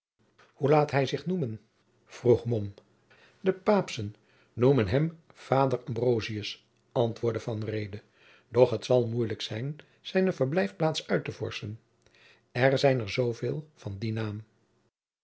hoe laat hij zich noemen vroeg mom de paapschen noemen hem vader ambrosius antwoordde van reede doch het zal moeilijk zijn zijne verblijfplaats uit te vorschen er zijn er zoo veel van dien naam